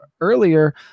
earlier